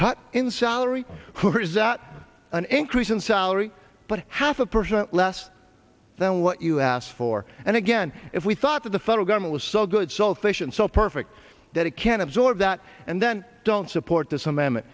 cut in salary who is that an increase in salary but half a percent less than what you asked for and again if we thought that the federal government was so good sulfation so perfect that it can absorb that and then don't support this a